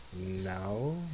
No